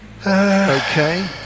Okay